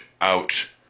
out